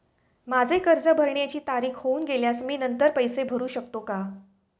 माझे कर्ज भरण्याची तारीख होऊन गेल्यास मी नंतर पैसे भरू शकतो का?